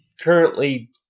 currently